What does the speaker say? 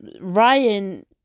Ryan